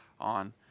on